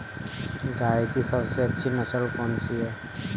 गाय की सबसे अच्छी नस्ल कौनसी है?